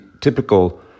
typical